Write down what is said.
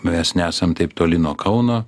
mes nesam taip toli nuo kauno